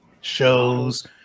shows